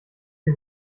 die